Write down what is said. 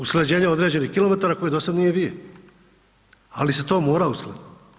Usklađenje određenih kilometara koji dosad nije bio, ali se to mora uskladiti.